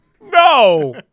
No